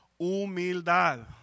humildad